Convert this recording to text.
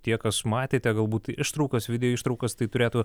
tie kas matėte galbūt ištraukas video ištraukas tai turėtų